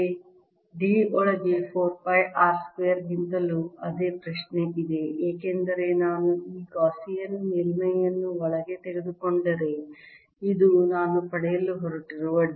D ಒಳಗೆ 4 pi r square ಗಿಂತಲೂ ಅದೇ ಪ್ರಶ್ನೆ ಇದೆ ಏಕೆಂದರೆ ನಾನು ಈ ಗಾಸಿಯನ್ ಮೇಲ್ಮೈಯನ್ನು ಒಳಗೆ ತೆಗೆದುಕೊಂಡರೆ ಇದು ನಾನು ಪಡೆಯಲು ಹೊರಟಿರುವ D